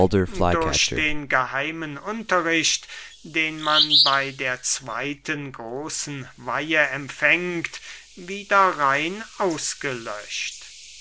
durch den geheimen unterricht den man bey der zweyten großen weihe empfängt wieder rein ausgelöscht